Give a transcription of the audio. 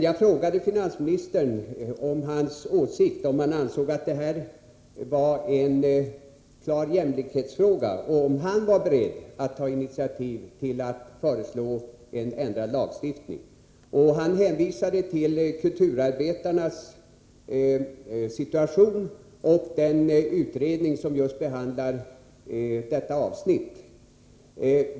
Jag frågade finansministern om han ansåg att det var en klar jämlikhetsfråga och om han var beredd att ta initiativ till att föreslå en ändrad lagstiftning. Han hänvisade till kulturarbetarnas situation och den utredning som just behandlar detta avsnitt.